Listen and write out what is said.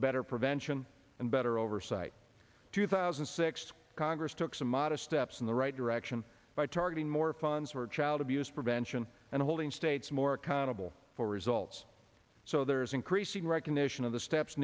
better prevention and better oversight two thousand and six congress took some modest steps in the right direction by targeting more funds for child abuse prevention and holding states more accountable for results so there is increasing recognition of the steps